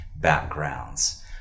backgrounds